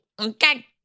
okay